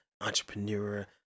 entrepreneur